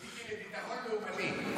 מיקי, השר לביטחון לאומני.